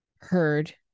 heard